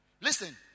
Listen